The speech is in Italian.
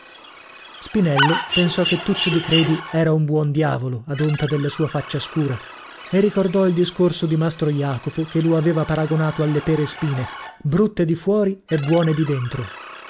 spinello pensò che tuccio di credi era un buon diavolo ad onta della sua faccia scura e ricordò il discorso di mastro jacopo che lo aveva paragonato alle pere spine brutte di fuori e buone di dentro